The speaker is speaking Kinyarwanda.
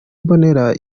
mbonera